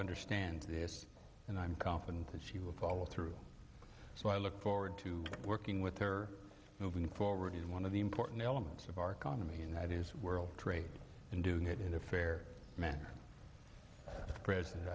understands this and i'm confident that she will follow through so i look forward to working with her moving forward and one of the important elements of our economy and that is world trade and doing it in a fair manner present